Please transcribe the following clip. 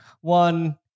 One